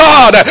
God